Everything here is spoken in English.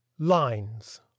lines